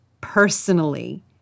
personally